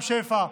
רם שפע,